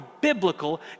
biblical